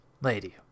Lady